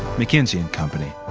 mckinsey and company